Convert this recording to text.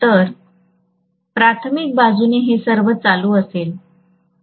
तर प्राथमिक बाजूने हे सर्व चालू असेल